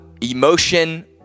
emotion